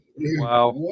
Wow